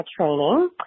training